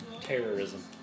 Terrorism